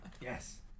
yes